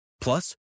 Plus